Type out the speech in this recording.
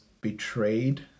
betrayed